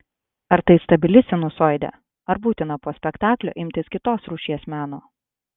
ar tai stabili sinusoidė ar būtina po spektaklio imtis kitos rūšies meno